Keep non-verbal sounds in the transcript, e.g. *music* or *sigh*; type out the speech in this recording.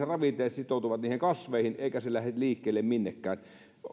*unintelligible* ravinteet sitoutuvat niihin kasveihin eikä se lähde liikkeelle minnekään